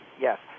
Yes